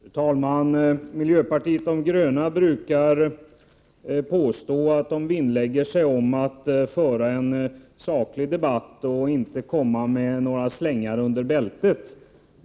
Fru talman! Miljöpartiet de gröna brukar påstå att man vinnlägger sig om att föra en saklig debatt och inte komma med några slängar under bältet.